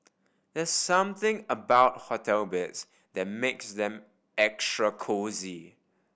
there's something about hotel beds that makes them extra cosy